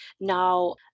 now